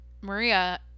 Maria